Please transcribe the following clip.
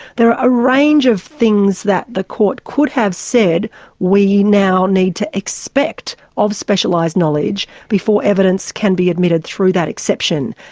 there are a range of things that the court could have said we now need to expect of specialised knowledge before evidence can be admitted through that exception.